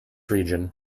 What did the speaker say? region